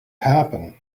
happen